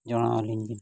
ᱡᱚᱲᱟᱣᱟᱞᱤᱧ ᱵᱤᱱ